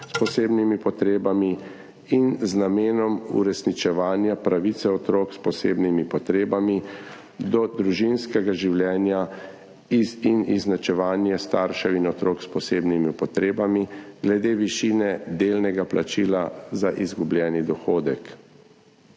s posebnimi potrebami in z namenom uresničevanja pravice otrok s posebnimi potrebami do družinskega življenja in izenačevanje staršev in otrok s posebnimi potrebami glede višine delnega plačila za izgubljeni dohodek.